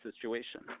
situation